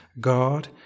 god